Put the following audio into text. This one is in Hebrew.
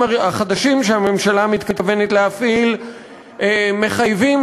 החדשים שהממשלה מתכוונת להפעיל מחייבים,